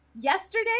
Yesterday